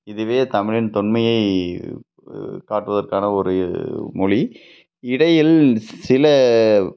இதுவே தமிழின் தொன்மையை காட்டுவதற்கான ஒரு மொழி இடையில் ஸ் சில